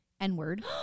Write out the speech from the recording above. N-word